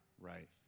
right